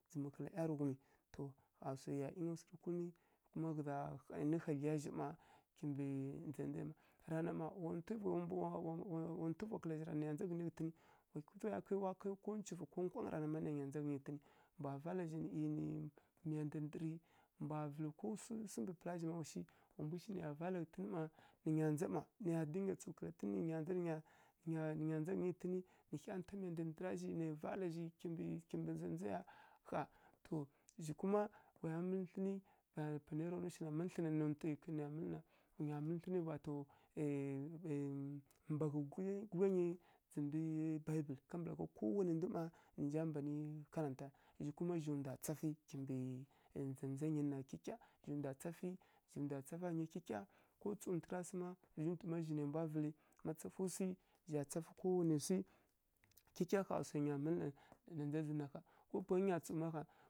Mu kǝla ˈyarǝghumi, to ƙha swai ya ˈyinga swi kulumi, kuma ghǝza hanairǝ hadlyi ya zhi mma kimbǝ ndzai ndza ya na, ra na mma wa ntuva ya nai ya ndza ghǝnǝ ghǝtǝn wa kai ko ncufǝ ma nai nya ndza ghǝnyi ghǝtǝn mbwa vala zhi nǝ miya ndǝ ndǝrǝ, mbwa vala ko swi mbǝ pǝla zhi amma wa shi. Wa mbu shi nai ya vala ghǝtǝn nai nya ndza amma nǝya dinga tsǝw kǝla ghǝtǝn nǝ nya ndza nǝ nya ndza ghǝnyi ghǝtǝnǝ nǝ hya nta miya ndǝ ndǝra zhi nai vala zhi kimbǝ kimbǝ ndza ndza ya ƙha to zhi kuma wa ya mǝlǝ thlǝnǝ panai ya ra nwi shina ma thlǝnai ya mǝlǝ na ma nontǝ thlǝnai ya mǝlǝ mma wa to thlǝna mbaghǝ gudlya nyi ndzǝmbǝ bibǝl kambǝragha kowanai ndu mma nǝ nja mbanǝ karanta zhi kuma zhi ndwa tsafǝ kimbǝ kyikya zhi ndwa tsafǝ zhi ndwa tsafǝ zhi ndwa tsafa ghgǝnyi kyikya ko tsǝwntǝgha sǝ mma vǝzhi nyu mma zhi nai mbwa vǝlǝ, ma tsafǝ swi zha tsafǝ kowanai swi khyikya ƙhá ƙha swai ya mǝlǝ na ndza zǝn na ƙha.